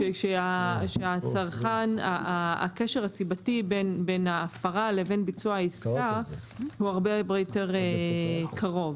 -- כשהקשר הסיבתי בין ההפרה לבין ביצוע העסקה הוא הרבה יותר קרוב.